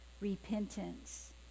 repentance